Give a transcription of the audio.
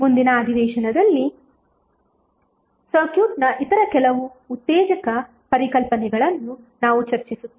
ಮುಂದಿನ ಅಧಿವೇಶನದಲ್ಲಿ ಸರ್ಕ್ಯೂಟ್ನ ಇತರ ಕೆಲವು ಉತ್ತೇಜಕ ಪರಿಕಲ್ಪನೆಗಳನ್ನು ನಾವು ಚರ್ಚಿಸುತ್ತೇವೆ